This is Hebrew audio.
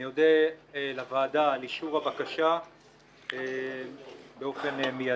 אני אודה לוועדה על אישור הבקשה באופן מידי".